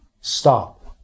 stop